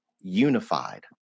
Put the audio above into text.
unified